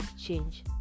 change